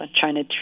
China